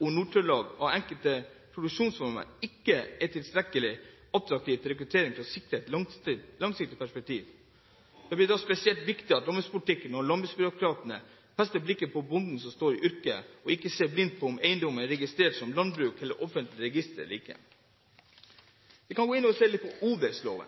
Nord-Trøndelag, og at enkelte produksjonsformer ikke er tilstrekkelig attraktive til at rekrutteringen sikres i et langsiktig perspektiv. Det blir da spesielt viktig at landbrukspolitikken og landbruksbyråkratene fester blikket på bonden som står i yrket, og ikke ser seg blind på om en eiendom er registrert som en landbrukseiendom i offentlige registre eller ikke. Vi kan gå inn og se litt på odelsloven.